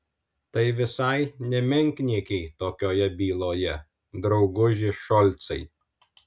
tai visai ne menkniekiai tokioje byloje drauguži šolcai